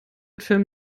film